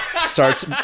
starts